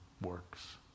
works